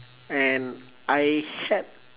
and I had